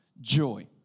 joy